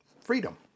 freedom